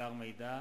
ובמאגר מידע,